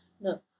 No